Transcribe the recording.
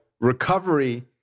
recovery